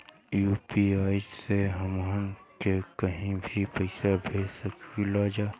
UPI से हमहन के कहीं भी पैसा भेज सकीला जा?